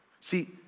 See